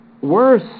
worse